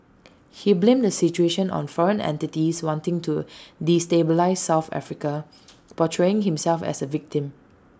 he blamed the situation on foreign entities wanting to destabilise south Africa portraying himself as A victim